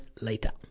later